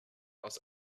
aus